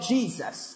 Jesus